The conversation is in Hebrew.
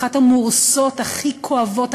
אחת המורסות הכי כואבות,